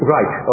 Right